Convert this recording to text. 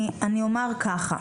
אני אומר ככה,